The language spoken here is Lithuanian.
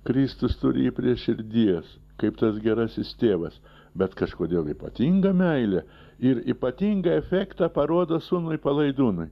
kristus turi jį prie širdies kaip tas gerasis tėvas bet kažkodėl ypatingą meilę ir ypatingą efektą parodo sūnui palaidūnui